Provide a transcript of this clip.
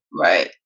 right